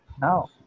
Now